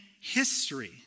history